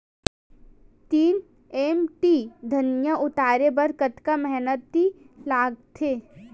तीन एम.टी धनिया उतारे बर कतका मेहनती लागथे?